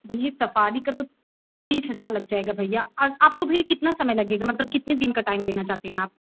भैये सफारी का तो तीस हज़ार लग जाएगा भैया और आपको भी कितना समय लगेगा मतलब कितने दिन का टाइम लेना चाहते हैं आप